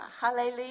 Hallelujah